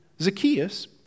Zacchaeus